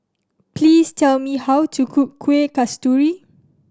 please tell me how to cook Kueh Kasturi